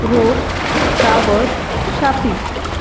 रोप tower छापी